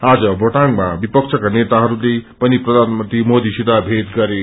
आज भोटाङमा विपक्षका नेताले पनि प्रधानमंत्री मोदीसित भोट गरे